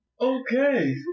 Okay